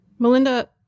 Melinda